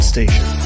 Station